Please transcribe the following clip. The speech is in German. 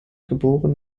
geboren